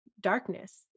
darkness